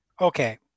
Okay